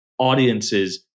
audiences